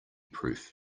proof